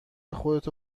خودتو